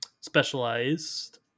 specialized